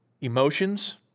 emotions